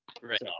Right